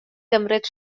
gymryd